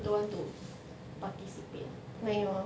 don't want to participate